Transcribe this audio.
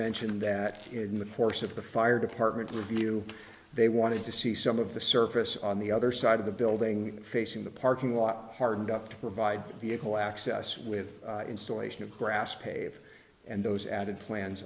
mention that in the course of the fire department review they wanted to see some of the surface on the other side of the building facing the parking lot hardened up to provide vehicle access with installation of grass paved and those added plans